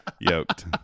Yoked